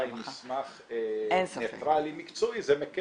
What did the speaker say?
אבל אם אתה בא עם מסמך ניטראלי מקצועי זה מקל.